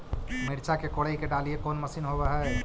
मिरचा के कोड़ई के डालीय कोन मशीन होबहय?